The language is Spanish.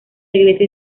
iglesia